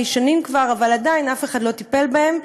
שנים כבר אבל עדיין אף אחד לא טיפל בהן,